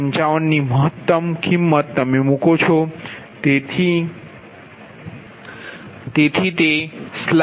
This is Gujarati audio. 55ની તમે કિમત મૂકો છો તેથી તે 0